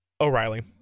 O'Reilly